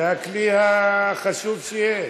זה הכלי החשוב שיש.